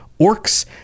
orcs